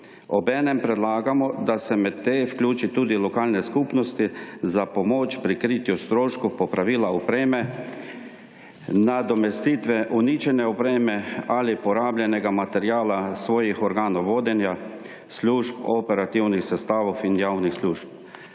Ob enem predlagamo, da se med te vključi tudi lokalne skupnosti za pomoč pri kritju stroškov popravila opreme, nadomestitve uničene opreme ali porabljenega materiala svojih organov vodenja, služb, operativnih sestavov in javnih služb.